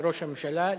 בראש הממשלה,